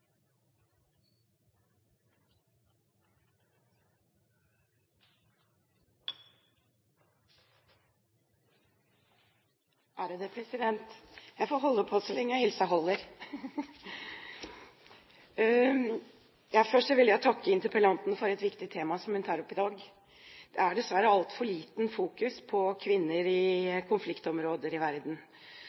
Jeg får holde på så lenge helsa holder. Først vil jeg jo takke interpellanten for et viktig tema som hun tar opp i dag. Det er dessverre altfor lite fokus på kvinner i konfliktområder i verden,